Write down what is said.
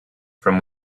from